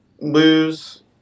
lose –